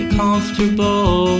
comfortable